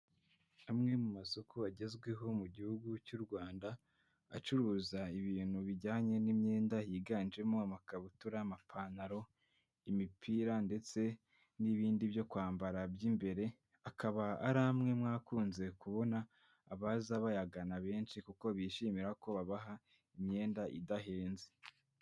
Amwe mu masoko agezweho mu gihugu cy'u Rwanda acuruza ibintu bijyanye n'imyenda yiganjemo amakabutura, amapantaro, imipira ndetse n'ibindi byo kwambara by'imbere, akaba ari amwe mwakunze kubona abaza bayagana benshi kuko bishimira ko babaha imyenda idahenze.